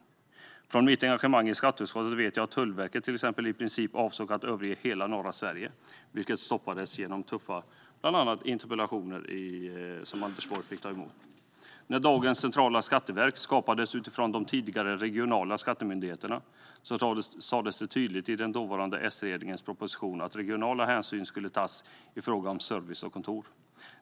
Utifrån mitt engagemang i skatteutskottet vet jag att till exempel Tullverket avsåg att i princip överge hela norra Sverige, vilket bland annat stoppades genom tuffa interpellationer till Anders Borg. När dagens centrala skatteverk skapades utifrån de tidigare regionala skattemyndigheterna var det tydligt i den dåvarande S-regeringens proposition att regionala hänsyn skulle tas i fråga om service och kontor.